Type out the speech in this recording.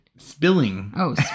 Spilling